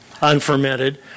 unfermented